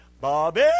Bobby